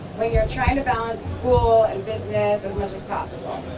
when you're trying to balance school and business as much as possible.